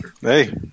Hey